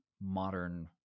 modern